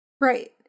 Right